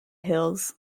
hills